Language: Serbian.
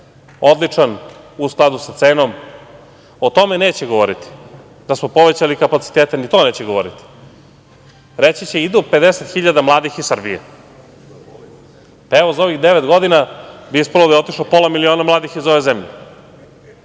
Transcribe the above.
odličan u skladu sa cenom, o tome neće govoriti, da smo povećali kapacitete, ni to neće govoriti. Reći će – idu 50.000 mladih iz Srbije. Pa, evo, za ovih devet godina bi ispalo da je otišlo pola miliona mladih iz ove zemlje.